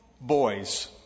boys